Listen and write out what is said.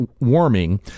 warming